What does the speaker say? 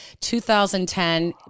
2010